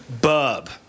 Bub